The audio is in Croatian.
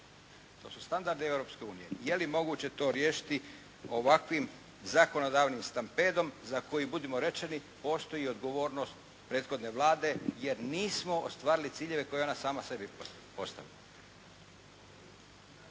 To su standardi Europske unije. Je li moguće to riješiti ovakvim zakonodavnim stampedom za koji budimo rečeni postoji odgovornost prethodne Vlade jer nismo ostvarili ciljeve koje je ona sama sebi postavila.